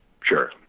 Sure